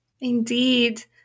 Indeed